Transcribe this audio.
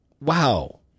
wow